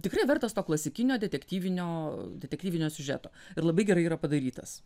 tikrai vertas to klasikinio detektyvinio detektyvinio siužeto ir labai gerai yra padarytas